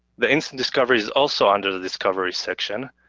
the instant discoveries also under the discovery section,